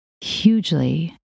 hugely